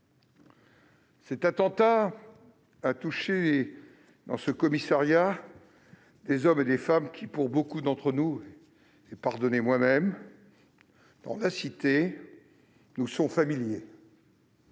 Cet attentat a touché dans ce commissariat des femmes et des hommes qui, pour beaucoup d'entre nous, et pour moi-même, sont familiers.